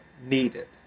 needed